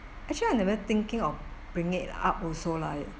actually I never thinking of bring it up also lah